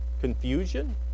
Confusion